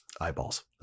eyeballs